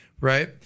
Right